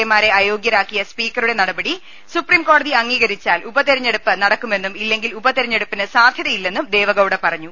A മാരെ അയോഗ്യരാക്കിയ സ്പീക്ക റുടെ നടപടി സുപ്രീംകോടതി അംഗീകരിച്ചാൽ ഉപതെരഞ്ഞെടുപ്പ് നടക്കുമെന്നും ഇല്ലെങ്കിൽ ഉപതെരഞ്ഞെടുപ്പിന് സാധ്യതയില്ലെന്നും ദേവഗൌഡ പറഞ്ഞു